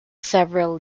several